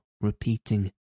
repeating